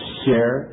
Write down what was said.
share